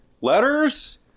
Letters